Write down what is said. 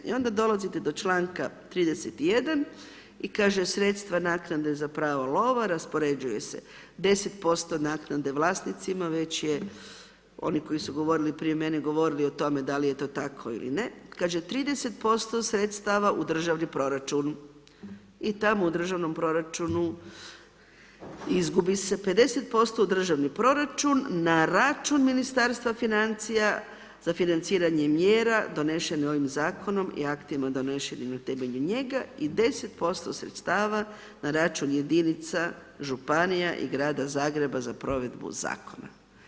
I onda dolazite do članka 31. i kaže, sredstva za naknade za pravo lova raspoređuje se, 10% naknade vlasnicima već je, oni koji su govorili prije mene, govorili da li je to tako ili ne, kaže 30% sredstava u državni proračun, i tamo u državnom proračunu izgubi se, 50% u državni proračun, na račun Ministarstva financija za financiranje mjera donošene ovim zakonom i aktima donesenim na temelju njega i 10% sredstava na račun jedinica, županija i grada Zagreba za provedbu Zakona.